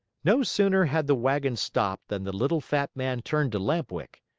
no sooner had the wagon stopped than the little fat man turned to lamp-wick.